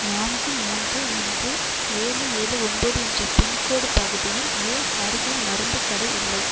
நான்கு மூன்று ஒன்று ஏழு ஏழு ஒன்பது என்ற பின்கோடு பகுதியில் ஏன் அருகில் மருந்துக் கடை இல்லை